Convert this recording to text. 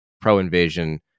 pro-invasion